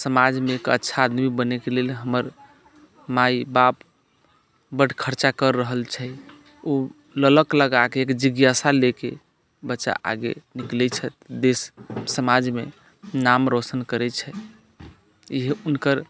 समाजमे एक अच्छा आदमी बनयके लेल हमर माय बाप बड्ड खर्चा कर रहल छै ओ ललक लगा कऽ एक जिज्ञासा लऽ के बच्चा आगे निकलैत छथि देश समाजमे नाम रोशन करैत छथि इएह हुनकर